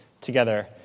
together